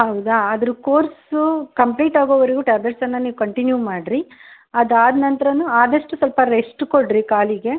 ಹೌದಾ ಅದ್ರ course complete ಆಗೋವರೆಗೂ ಟ್ಯಾಬ್ಲೆಟ್ಸನ್ನು ನೀವು ಕಂಟಿನ್ಯೂ ಮಾಡಿರಿ ಅದಾದ ನಂತ್ರವೂ ಆದಷ್ಟು ಸ್ವಲ್ಪ ರೆಶ್ಟ್ ಕೊಡಿರಿ ಕಾಲಿಗೆ